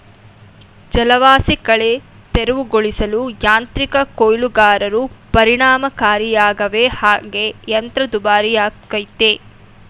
ಜಲವಾಸಿಕಳೆ ತೆರವುಗೊಳಿಸಲು ಯಾಂತ್ರಿಕ ಕೊಯ್ಲುಗಾರರು ಪರಿಣಾಮಕಾರಿಯಾಗವೆ ಹಾಗೆ ಯಂತ್ರ ದುಬಾರಿಯಾಗಯ್ತೆ